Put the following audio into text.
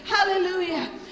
Hallelujah